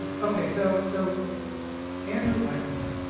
okay. so so andrew eichenbaum,